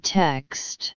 text